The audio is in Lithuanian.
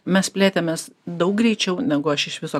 mes plėtėmės daug greičiau negu aš iš viso